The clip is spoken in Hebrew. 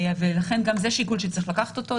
לכן גם זה שיקול שצריך לקחת בחשבון.